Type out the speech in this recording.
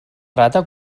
rata